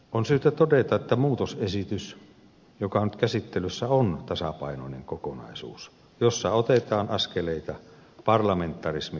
on syytä todeta että muutosesitys joka on nyt käsittelyssä on tasapainoinen kokonaisuus jossa otetaan askeleita parlamentarismin vahvistamisen tiellä